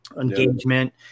engagement